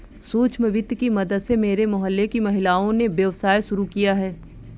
सूक्ष्म वित्त की मदद से मेरे मोहल्ले की महिलाओं ने व्यवसाय शुरू किया है